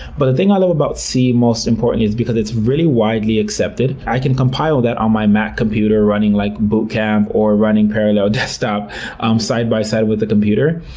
but thing i love about c most importantly is it's really widely accepted. i can compile that on my mac computer running, like, boot camp, or running parallel desktop side-by-side with a computer.